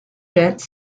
dance